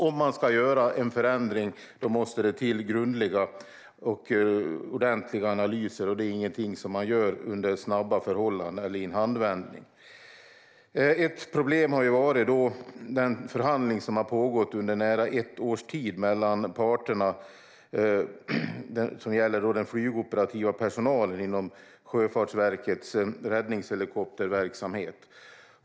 Om man ska göra en förändring måste det till grundliga och ordentliga analyser, och det är ingenting som man gör under snabba förhållanden eller i en handvändning. Ett problem har varit den förhandling som har pågått under nära ett års tid mellan parterna, som gäller den flygoperativa personalen inom Sjöfartsverkets räddningshelikopterverksamhet.